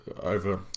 over